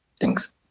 Thanks